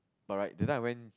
but right that time I went